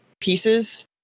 pieces